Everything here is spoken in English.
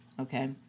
Okay